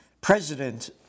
president